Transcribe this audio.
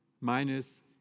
minus